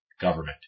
government